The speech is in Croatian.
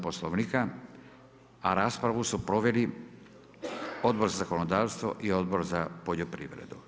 Poslovnika a raspravu su proveli Odbor za zakonodavstvo i Odbor za poljoprivredu.